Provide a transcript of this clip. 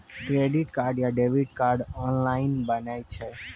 Credit card या debit card online बनै छै?